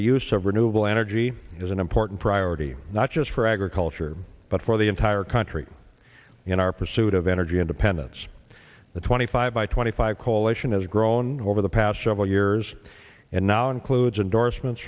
the use of renewable energy is an important priority not just for agriculture but for the entire country in our pursuit of energy independence the twenty five by twenty five coalition has grown over the past several years and now includes endorsements